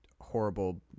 horrible